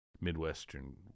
Midwestern